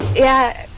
yeah,